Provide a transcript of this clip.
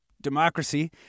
democracy